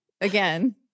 Again